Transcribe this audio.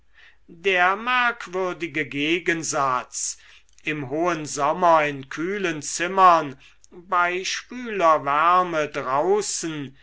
der merkwürdige gegensatz im hohen sommer in kühlen zimmern bei schwüler wärme draußen